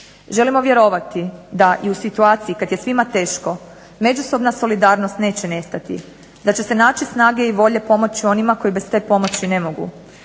Želimo vjerovati da i u situaciji kad je svima teško međusobna solidarnost neće nestati, da će se naći snage i volje pomoći onima koji bez te pomoći ne mogu.